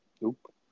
Nope